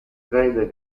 crede